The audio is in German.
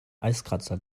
eiskratzer